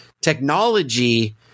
technology